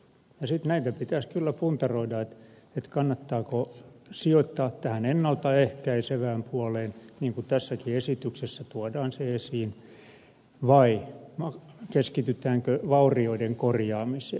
sitten näitä pitäisi kyllä puntaroida kannattaako sijoittaa tähän ennalta ehkäisevään puoleen niin kuin tässäkin esityksessä tuodaan se esiin vai keskitytäänkö vaurioiden korjaamiseen